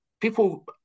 People